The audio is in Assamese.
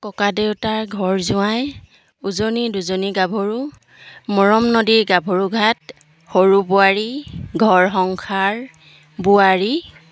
ককাদেউতাৰ ঘৰ জোঁৱাই উজনি দুজনী গাভৰু মৰম নদীৰ গাভৰু ঘাট সৰু বোৱাৰী ঘৰ সংসাৰ বোৱাৰী